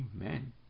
Amen